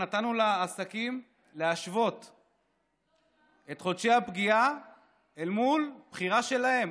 נתנו לעסקים להשוות את חודשי הפגיעה אל מול בחירה שלהם,